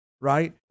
right